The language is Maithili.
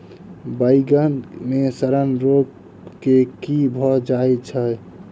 बइगन मे सड़न रोग केँ कीए भऽ जाय छै?